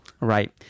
Right